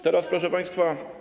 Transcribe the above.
Teraz, proszę państwa.